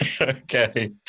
Okay